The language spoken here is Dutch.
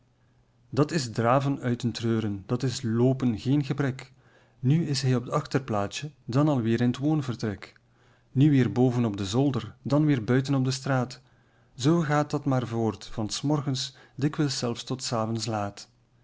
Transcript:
dat is draven uit den treuren dat is loopen geen gebrek nu is hij op t achterplaatsje dan alweer in t woonvertrek nu weer boven op den zolder dan weer buiten op de straat zoo gaat dat maar voort van s morgens dikwijls zelfs tot s avonds laat